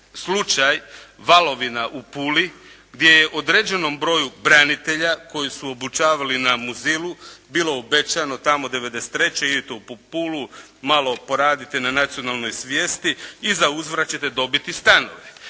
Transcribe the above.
slučaj Valovina u Puli gdje je određenom broju branitelja koji su obučavali na Muzilu bilo obećano tamo 93. idite u Pulu, malo poradite na nacionalnoj svijesti i za uzvrat ćete dobiti stanove.